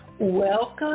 Welcome